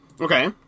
Okay